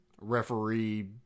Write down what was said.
referee